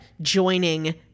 joining